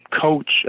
coach